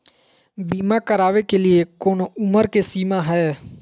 बीमा करावे के लिए कोनो उमर के सीमा है?